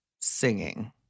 singing